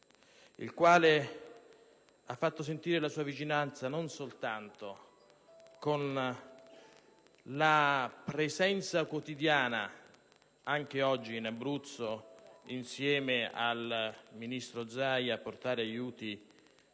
il quale ha fatto sentire la sua vicinanza non soltanto con la presenza quotidiana (anche oggi) in Abruzzo, insieme al ministro Zaia, a portare gli